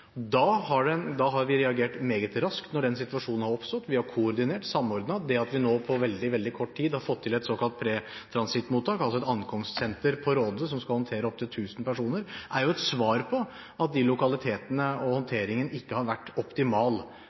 Vi reagerte meget raskt da den situasjonen oppsto – vi koordinerte, og vi samordnet. Det at vi nå på veldig kort tid har fått til et såkalt pretransittmottak, altså et ankomstsenter på Råde som skal håndtere opp til tusen personer, er jo et svar på at lokalitetene og håndteringen ikke har vært optimal.